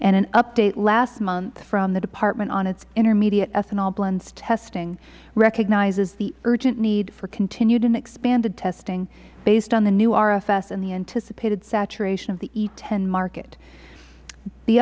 in an update last month from the department on its intermediate ethanol blends testing it recognizes the urgent need for continued and expanded testing based on the new rfs and the anticipated saturation of the e ten market the